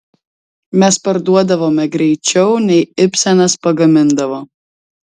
mes parduodavome greičiau nei ibsenas pagamindavo